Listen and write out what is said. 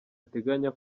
ateganya